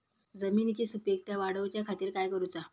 जमिनीची सुपीकता वाढवच्या खातीर काय करूचा?